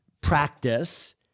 practice